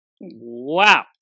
wow